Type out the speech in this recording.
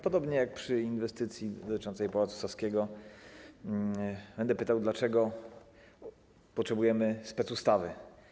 Podobnie jak przy inwestycji dotyczącej Pałacu Saskiego będę pytał: Dlaczego potrzebujemy specustawy?